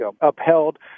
upheld